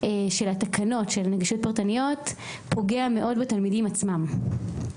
של תקנות של נגישות פרטניות פוגע מאוד בתלמידים עצמם.